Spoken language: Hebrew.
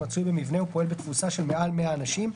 המצוי במבנה ופועל בתפוסה של מעל 100 אנשים,